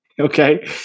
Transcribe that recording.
Okay